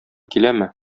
киләме